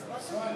הצביעו.